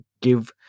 give